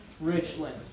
Richland